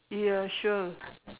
yeah sure